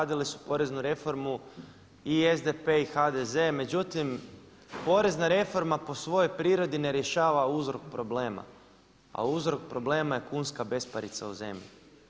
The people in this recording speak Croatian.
Radili su poreznu reformu i SDP i HDZ međutim, porezna reforma po svojoj prirodi ne rješava uzrok problema, a uzrok problema je kunska besparica u zemlji.